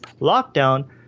lockdown